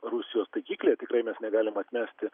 rusijos taikiklyje tiktai mes negalim atmesti